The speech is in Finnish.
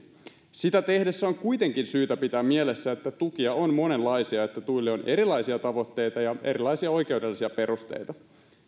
sitä tehtäessä on kuitenkin syytä pitää mielessä että tukia on monenlaisia ja että tuille on erilaisia tavoitteita ja erilaisia oikeudellisia perusteita